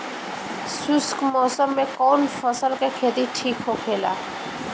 शुष्क मौसम में कउन फसल के खेती ठीक होखेला?